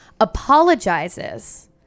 apologizes